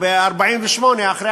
אחרי